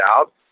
out